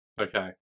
Okay